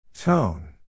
Tone